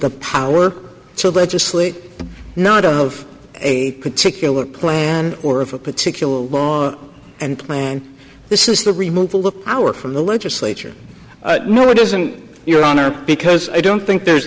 the power to legislate not of a particular plan or of a particular law and plan this is the removal look power from the legislature no it doesn't your honor because i don't think there's